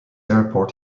airport